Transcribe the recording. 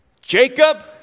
Jacob